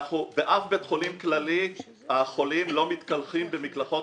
באף בית חולים כללי החולים לא מתקלחים במקלחות